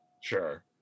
Sure